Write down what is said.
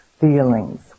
feelings